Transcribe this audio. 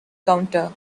counter